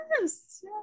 yes